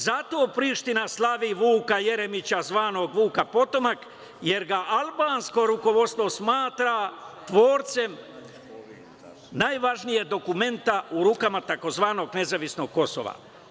Zato Priština slavi Vuka Jeremića zvanog „Vuk potomak“ jer ga albansko rukovodstvo smatra tvorcem najvažnijeg dokumenta u rukama tzv. „nezavisnog Kosova“